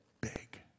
big